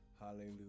hallelujah